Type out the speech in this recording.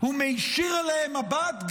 ומישיר אליהן מבט,